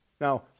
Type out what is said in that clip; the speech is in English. Now